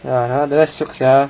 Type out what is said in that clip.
ya that that [one] shiok sia